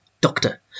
doctor